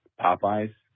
Popeye's